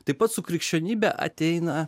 taip pat su krikščionybe ateina